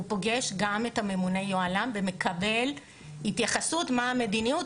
הוא פוגש גם את ממונת היוהל"ם ומקבל התייחסות מה המדיניות,